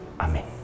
Amen